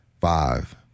Five